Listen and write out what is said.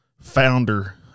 founder